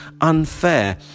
unfair